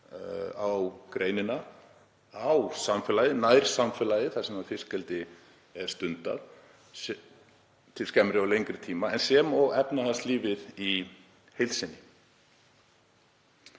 á greinina, á samfélagið, nærsamfélagið þar sem fiskeldi er stundað, til skemmri og lengri tíma, sem og efnahagslífið í heild sinni.